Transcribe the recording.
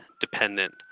dependent